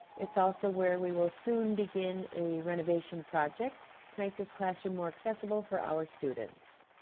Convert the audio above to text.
it's also where we will soon begin a renovation project to make this classroom more accessible for our students.